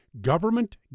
Government